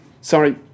Sorry